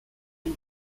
uno